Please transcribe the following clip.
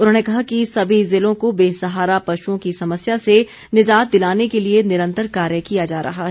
उन्होंने कहा कि सभी जिलों को बेसहारा पशुओं की समस्या से निजात दिलाने के लिए निरंतर कार्य किया जा रहा है